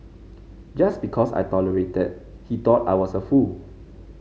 just because I tolerated he thought I was a fool